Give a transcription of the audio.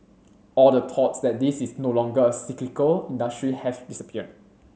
all the thoughts that this is no longer a cyclical industry have